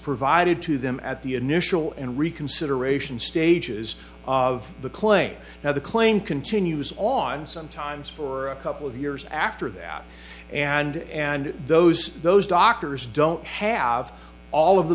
provided to them at the initial and reconsideration stages of the claim now the claim continues on sometimes for a couple of years after that and and those those doctors don't have all of the